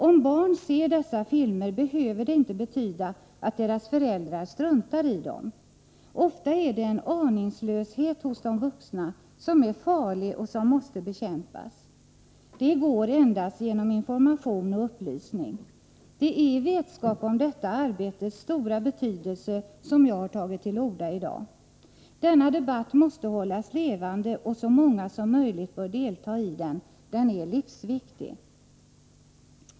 Om barn ser dessa filmer, behöver det inte betyda att deras föräldrar struntar i dem. Ofta är det en aningslöshet hos de vuxna, som är farlig och som måste bekämpas. Det går endast genom information och upplysning. Det är i vetskap om detta arbetes stora betydelse som jag har tagit till orda i dag. Denna debatt måste hållas levande, och så många som möjligt bör delta i den. Den är livsviktig.